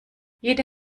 jede